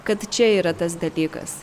kad čia yra tas dalykas